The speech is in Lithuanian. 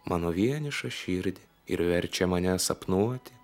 mano vienišą širdį ir verčia mane sapnuoti